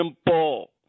simple